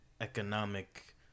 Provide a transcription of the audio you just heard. economic